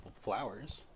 flowers